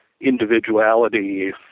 individuality